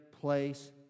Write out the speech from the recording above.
place